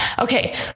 Okay